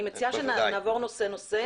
אני מציעה שאנחנו נעבור נושא נושא.